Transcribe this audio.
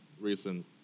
recent